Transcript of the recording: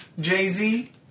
Jay-Z